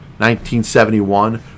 1971